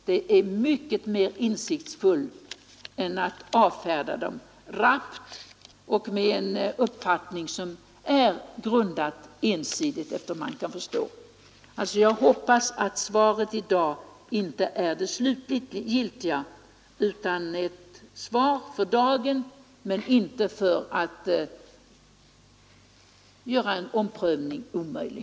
Det är mycket mer insiktsfullt än att avfärda dem rappt och med en uppfattning som enligt vad man kan förstå är ensidigt grundad. Jag hoppas att svaret i dag inte är det slutgiltiga utan ett svar för dagen — inte för att göra en omprövning omöjlig.